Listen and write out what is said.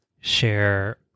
share